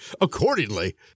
accordingly